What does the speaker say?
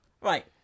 Right